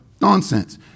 Nonsense